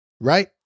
right